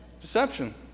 Deception